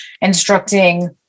instructing